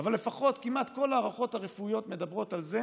אבל לפחות כמעט כל ההערכות הרפואיות מדברות על זה